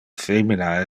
femina